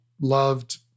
loved